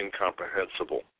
incomprehensible